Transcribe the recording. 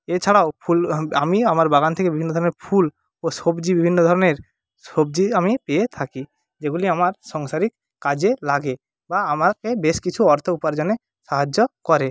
এছাড়াও ফুল আমি আমার বাগান থেকে বিভিন্ন ধরনের ফুল ও সবজি বিভিন্ন ধরনের সবজি আমি পেয়ে থাকি যেগুলি আমার সাংসারিক কাজে লাগে বা আমাকে বেশ কিছু অর্থ উপার্জনে সাহায্য করে